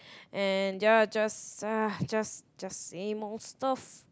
and just ugh just just same old stuff